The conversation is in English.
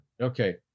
Okay